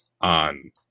on